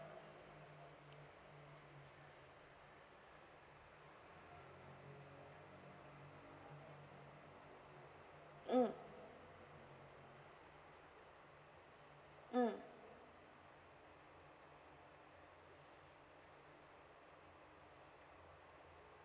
mm mm